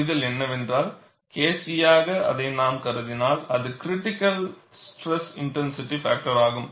புரிதல் என்னவென்றால் KC யாக அதை நாம் கருதினால் அது கிரிடிகல் ஸ்ட்ரெஸ் இன்டென்சிட்டி பாக்டர் ஆகும்